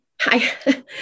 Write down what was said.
Hi